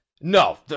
No